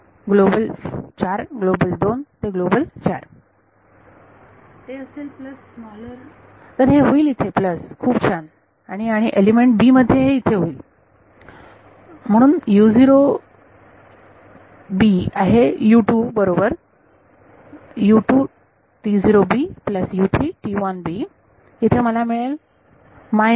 global 4 global 2 ते global 4 विद्यार्थी ते असेल प्लस स्मॉलर तर हे होईल इथे प्लस खूप छान आणि आणि एलिमेंट b मध्ये हे इथे होईल म्हणून आहे बरोबर इथे मला मिळेल